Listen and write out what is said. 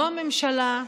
לא הממשלה,